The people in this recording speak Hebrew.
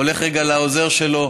הולך רגע לעוזר שלו,